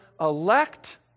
elect